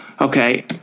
Okay